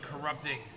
corrupting